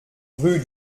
rue